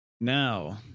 Now